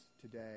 today